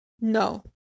No